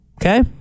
Okay